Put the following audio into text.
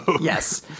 Yes